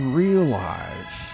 realize